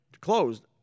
closed